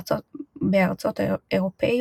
בתי כנסת אם כי ההלכה לא קובעת הנחיות לגבי מבנהו של בית